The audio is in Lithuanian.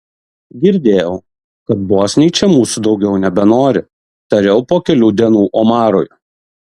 girdėjau kad bosniai čia mūsų daugiau nebenori tariau po kelių dienų omarui